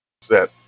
set